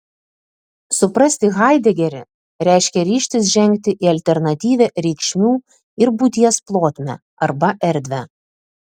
suprasti haidegerį reiškia ryžtis žengti į alternatyvią reikšmių ir būties plotmę arba erdvę